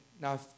now